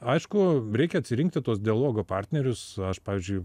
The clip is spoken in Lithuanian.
aišku reikia atsirinkti tuos dialogo partnerius aš pavyzdžiui